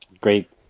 Great